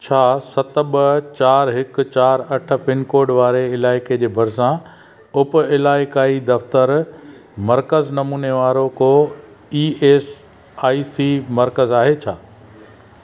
छा सत ॿ चारि हिक चारि अठ पिनकोड वारे इलाइके़ जे भरिसां उप इलाक़ाई दफ़्तरु मर्कज़ नमूने वारो को ईएसआईसी मर्कज़ आहे छा